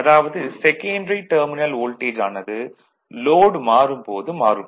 அதாவது secondary terminal voltage ஆனது load மாறும் போது மாறும்